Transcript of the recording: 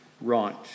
right